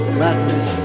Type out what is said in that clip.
madness